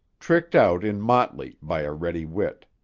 tricked out in motley by a ready wit.